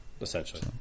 Essentially